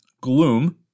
Gloom